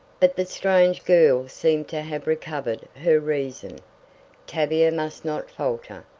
but the strange girl seemed to have recovered her reason! tavia must not falter,